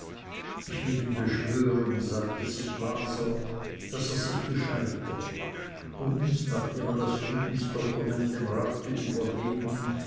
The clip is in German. ich will ihn beschwören sagte sich waser daß er sich bescheide und nachdem er das friedensdokument dem rate übergeben